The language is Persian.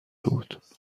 بود